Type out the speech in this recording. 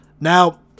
Now